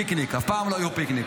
פיקניק, אף פעם לא יהיו פיקניק.